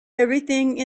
everything